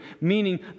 meaning